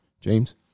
James